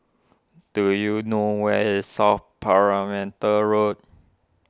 do you know where is South Perimeter Road